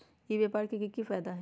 ई व्यापार के की की फायदा है?